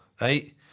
Right